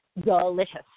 delicious